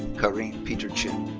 kareem peter chin.